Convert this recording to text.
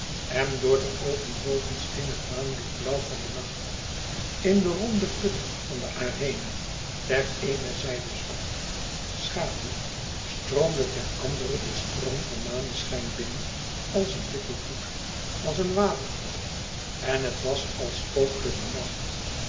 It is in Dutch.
en door de open bogen scheen het maanlichte blauw van den nacht in de ronde put van de arena ter eene zijde zwart schaduw stroomde ter andere de stroom van maneschijn binnen als een witte vloed als een waterval en het was als spookte de nacht